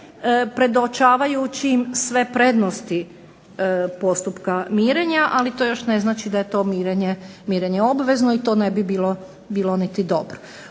predočavajući im sve prednosti postupka mirenja, ali to još ne znači da je to mirenje obvezno i to ne bi bilo niti dobro.